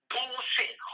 Bullshit